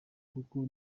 kuko